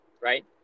right